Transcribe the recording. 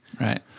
Right